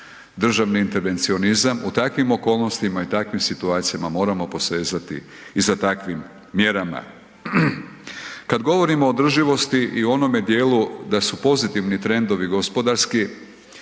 državni intervencionizam, u takvim okolnostima i takvim situacijama moramo posezati i za takvim mjerama. Kad govorimo o održivosti i onome dijelu da su pozitivni trendovi gospodarski